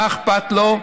מה אכפת לו?